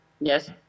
yes